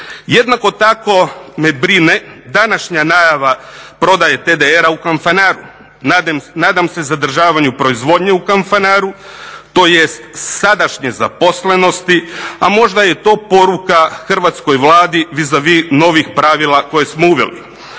Jednako tako me brine današnja najava prodaje TDR-a u Kanfanaru. Nadam se zadržavanju proizvodnje u Kanfanaru, tj. sadašnje zaposlenosti, a možda je to poruka hrvatskoj Vladi vizavi novih pravila koje smo uveli.